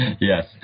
Yes